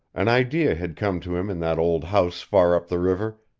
an idea had come to him in that old house far up the river,